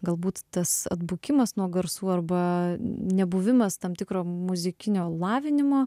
galbūt tas atbukimas nuo garsų arba nebuvimas tam tikro muzikinio lavinimo